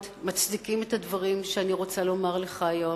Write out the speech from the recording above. מצדיקים את הדברים שאני רוצה לומר לך היום.